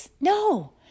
no